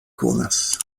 konas